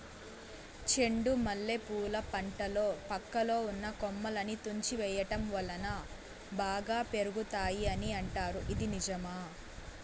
చెండు మల్లె పూల పంటలో పక్కలో ఉన్న కొమ్మలని తుంచి వేయటం వలన బాగా పెరుగుతాయి అని అంటారు ఇది నిజమా?